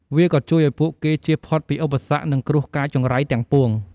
វាក៏ជួយឱ្យពួកគេជៀសផុតពីឧបសគ្គ និងគ្រោះកាចចង្រៃទាំងពួង។